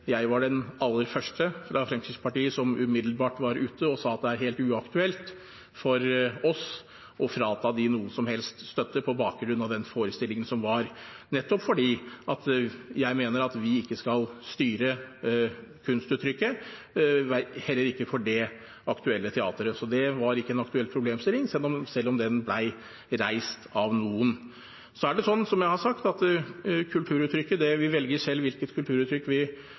jeg var den aller første fra Fremskrittspartiet som var umiddelbart ute og sa at det var helt uaktuelt for oss å frata dem noen som helst støtte på bakgrunn av den forestillingen som var, nettopp fordi jeg mener at vi ikke skal styre kunstuttrykket, heller ikke for det aktuelle teateret. Så det var ikke en aktuell problemstilling, selv om den ble reist av noen. Som jeg har sagt, velger vi selv hvilket kulturuttrykk vi